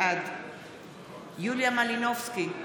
בעד יוליה מלינובסקי,